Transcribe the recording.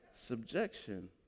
subjection